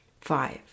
Five